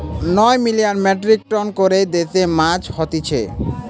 নয় million metric ton করে দেশে মাছ হতিছে